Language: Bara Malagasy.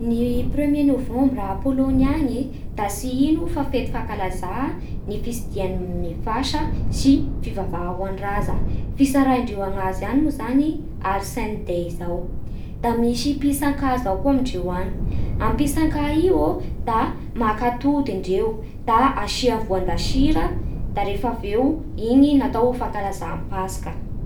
Ny premier novembre a Pologne agny e da tsy ino fa fety fankalazà ny fitsidiha ny fasa sy fivavaha ho an'ny raza. Fitsaraindreo agnazy agny moa zany All Saints' Day zao. Da misy pisakà zao koa amindreo agny. A pisakà iô da maka atody indreo da asia vônda sira da rehefa avy eo igny no atao fankalazà ny Paska.